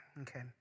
Okay